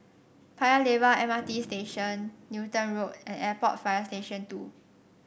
Paya Lebar M R T Station Newton Road and Airport Fire Station Two